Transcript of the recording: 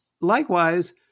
Likewise